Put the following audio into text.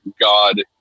God